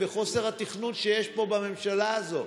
חוסר התכנון שיש פה, בממשלה הזו.